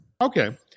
Okay